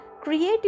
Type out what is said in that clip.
creative